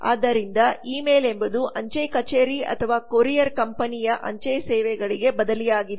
ಆದ್ದರಿಂದ email ಎಂಬುದು ಅಂಚೆ ಕಚೇರಿ ಅಥವಾ ಕೊರಿಯರ್ ಕಂಪನಿಯ ಅಂಚೆ ಸೇವೆಗಳಿಗೆ ಬದಲಿಯಾಗಿದೆ